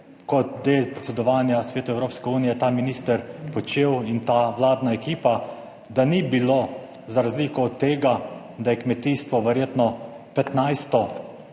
kot del predsedovanja Svetu Evropske unije ta minister počel in ta vladna ekipa. Da ni bilo za razliko od tega, da je kmetijstvo verjetno 15